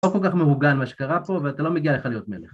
לא כל כך מאורגן מה שקרה פה ואתה לא מגיע לך להיות מלך.